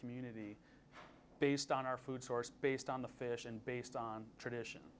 community based on our food source based on the fish and based on tradition